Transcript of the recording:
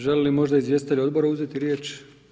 Želi li možda izvjestitelj odbora uzeti riječ?